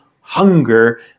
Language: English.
hunger